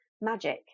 magic